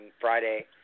Friday